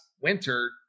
winter